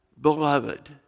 beloved